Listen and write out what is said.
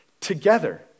together